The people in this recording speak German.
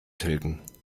tilgen